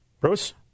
Bruce